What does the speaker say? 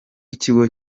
ikigo